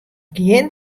gjin